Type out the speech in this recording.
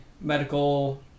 medical